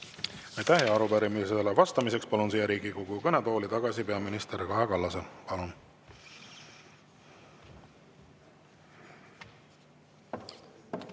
Aitäh! Arupärimisele vastamiseks palun siia Riigikogu kõnetooli tagasi peaminister Kaja Kallase. Palun!